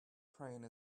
crane